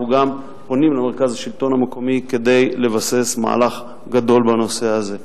אנחנו גם פונים למרכז השלטון המקומי כדי לבסס מהלך גדול בנושא הזה.